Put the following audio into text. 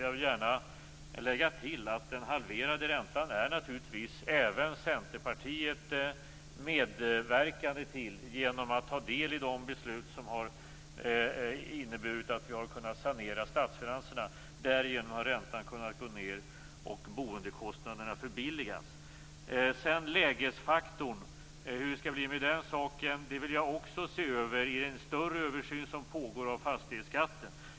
Jag vill gärna lägga till att den halverade räntan har naturligtvis även Centerpartiet medverkat till genom att ta del i de beslut har inneburit att vi har kunnat sanera statsfinanserna. Därigenom har räntan kunnat gå ned och boendekostnaderna förbilligats. Hur det skall bli med lägesfaktorn vill jag också se över i den större översyn som pågår om fastighetsskatten.